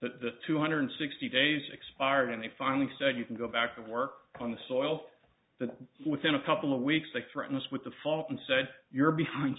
the two hundred sixty days expired and they finally said you can go back to work on the soils that within a couple of weeks they threaten us with the follow up and said you're behind